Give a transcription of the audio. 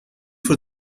for